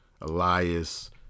Elias